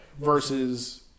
versus